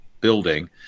building